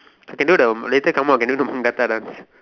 can do the later come out can do the Battle dance